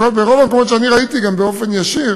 ברוב המקומות שראיתי, גם באופן ישיר,